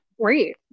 great